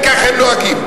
כי כך הם נוהגים.